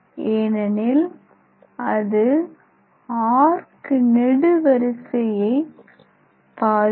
ஏனெனில் அது ஆர்க் நெடுவரிசையை பாதிக்கும்